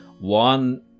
One